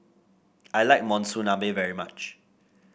I like Monsunabe very much